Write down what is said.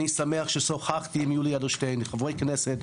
אני שמח ששוחחתי עם יולי אדלשטיין וחברי כנסת,